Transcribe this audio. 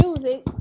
music